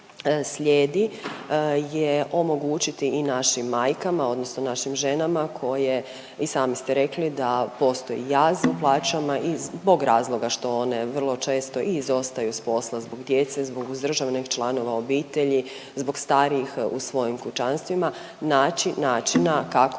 slijedi je omogućiti i našim majkama odnosno našim ženama koje i sami ste rekli da postoji jaz u plaćama i zbog razloga što one vrlo često i izostaju s posla zbog djece i zbog uzdržavanih članova obitelji, zbog starijih u svojim kućanstvima naći načina kako